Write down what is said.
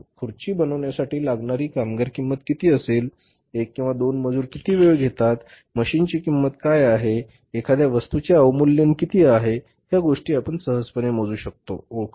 खुर्ची बनवण्यासाठी लागणारी कामगार किंमत किती असेल एक किंवा दोन मजूर किती वेळ घेतात मशीनची किंमत काय आहे एखाद्या वस्तूचे अवमूल्यन किती आहे ह्या गोष्टी आपण सहजपणे मोजू शकतो ओळखू शकतो